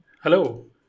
hello